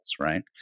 right